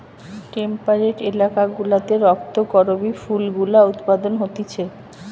temperate এলাকা গুলাতে রক্ত করবি ফুল গুলা উৎপাদন হতিছে